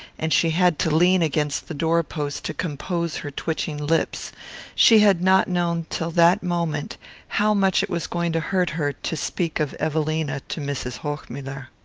and she had to lean against the door-post to compose her twitching lips she had not known till that moment how much it was going to hurt her to speak of evelina to mrs. hochmuller.